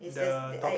is this the I